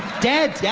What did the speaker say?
dead, yeah